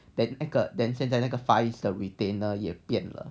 then 那个现在那个 far east the retainer 也变了